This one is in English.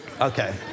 Okay